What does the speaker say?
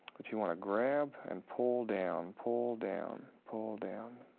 but you want to grab and pull down, pull down, pull down.